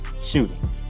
Shooting